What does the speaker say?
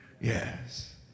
Yes